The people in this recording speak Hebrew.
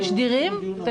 תשדירים?